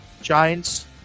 Giants